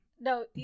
No